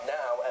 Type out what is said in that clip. now